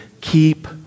Keep